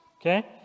Okay